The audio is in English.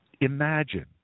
imagine